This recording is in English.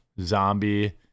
zombie